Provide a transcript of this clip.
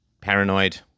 paranoid